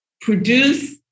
produce